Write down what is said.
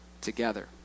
together